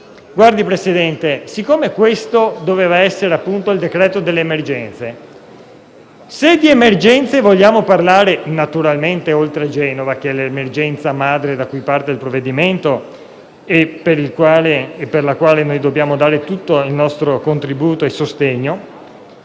provvedimento al nostro esame doveva essere il decreto delle emergenze, se di emergenze vogliamo parlare, oltre a Genova, che è l’emergenza madre da cui parte il provvedimento e per la quale dobbiamo dare tutto il nostro contributo e sostegno,